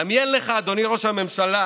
דמיין לך, אדוני ראש הממשלה,